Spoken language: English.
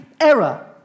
error